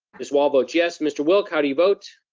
miss wall votes yes mr. wilk, how do you vote?